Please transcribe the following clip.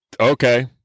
okay